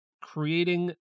creating